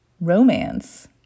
romance